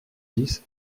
dix